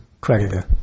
creditor